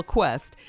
Quest